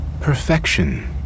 Perfection